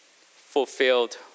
fulfilled